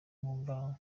mwumva